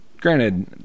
granted